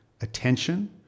attention